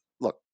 look